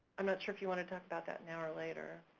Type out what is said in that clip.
i'm not sure if you wanna talk about that now or later.